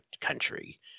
country